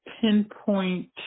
pinpoint